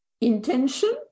intention